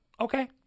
Okay